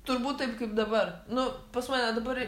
turbūt taip kaip dabar nu pas mane dabar